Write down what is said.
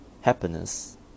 happiness